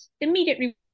immediate